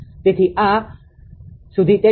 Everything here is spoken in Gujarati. તેથી આ સુધી તે ઠીક છે